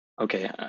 Okay